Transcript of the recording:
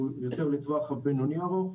הוא יותר לטווח הבינוני ארוך,